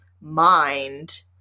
mind